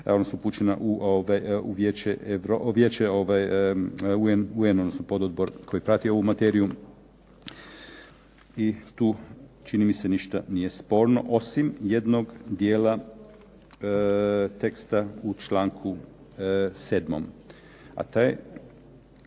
javnost upućena u Vijeće odnosno pododbor koji prati ovu materiju. I tu čini mi se ništa nije sporno, osim jednog dijela teksta u članku 7.,